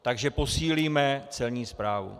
Takže posílíme Celní správu.